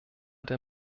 der